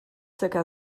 zirka